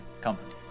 company